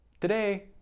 Today